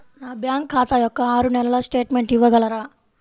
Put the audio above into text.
నా బ్యాంకు ఖాతా యొక్క ఆరు నెలల స్టేట్మెంట్ ఇవ్వగలరా?